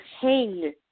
hang